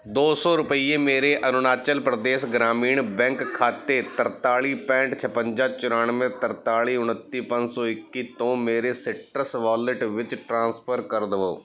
ਦੋ ਸੌ ਰੁਪਈਏ ਮੇਰੇ ਅਰੁਣਾਚਲ ਪ੍ਰਦੇਸ਼ ਗ੍ਰਾਮੀਣ ਬੈਂਕ ਖਾਤੇ ਤਰਤਾਲੀ ਪੈਂਹਠ ਛਪੰਜਾ ਚੁਰਾਨਵੇਂ ਤਰਤਾਲੀ ਉਣੱਤੀ ਪੰਜ ਸੌ ਇੱਕੀ ਤੋਂ ਮੇਰੇ ਸੀਟਰਸ ਵਾਲਿਟ ਵਿੱਚ ਟ੍ਰਾਂਸਫਰ ਕਰ ਦੇਵੋ